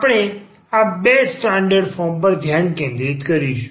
આપણે આ બે સ્ટાન્ડર્ડ ફોર્મ પર ધ્યાન કેન્દ્રિત કરીશું